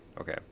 okay